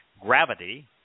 gravity